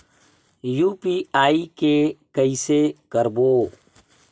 UPI के कइसे करबो?